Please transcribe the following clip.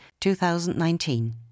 2019